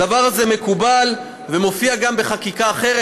הדבר הזה מקובל ומופיע גם בחקיקה אחרת,